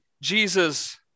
Jesus